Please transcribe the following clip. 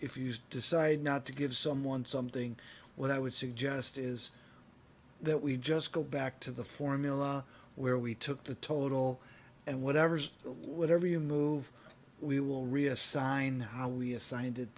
if you use decide not to give someone something what i would suggest is that we just go back to the formula where we took the total and whatever's whatever you move we will reassign how we assigned it